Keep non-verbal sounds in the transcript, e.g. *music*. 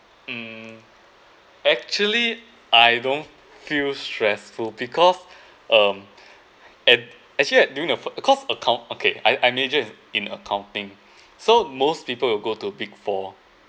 um actually I don't feel stressful because um at actually like during the *noise* because account okay I I major in in accounting so most people will go to big four